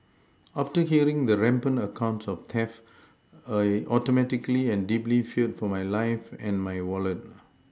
after hearing the rampant accounts of theft I Automatically and deeply feared for my life and my Wallet